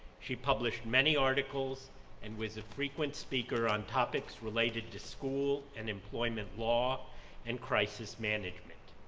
she published many articles and was a frequent speaker on topics related to school and employment law and crisis management.